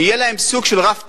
יהיה להם סוג של רף תחתון.